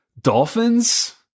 Dolphins